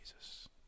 Jesus